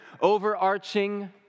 overarching